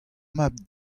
mab